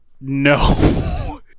No